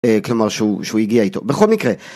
כלומר שהוא הגיע איתו בכל מקרה